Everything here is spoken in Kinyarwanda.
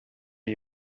iyi